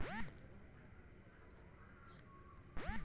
मनसे मन म बचत के भावना संग पइसा कमाए के भाव हर घलौ बरोबर आय बर धर ले हवय